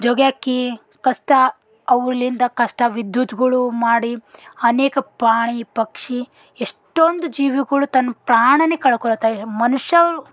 ಜೋಗ್ಯಾಕ್ಕಿ ಕಷ್ಟ ಅವುಲಿಂದ ಕಷ್ಟ ವಿದ್ಯುತ್ಗಳು ಮಾಡಿ ಅನೇಕ ಪ್ರಾಣಿ ಪಕ್ಷಿ ಎಷ್ಟೊಂದು ಜೀವಿಗಳು ತನ್ನ ಪ್ರಾಣನೇ ಕಳ್ಕೊಳ್ತವೆ ಮನುಷ್ಯರು